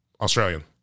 Australian